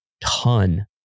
ton